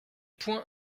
point